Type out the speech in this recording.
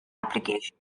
application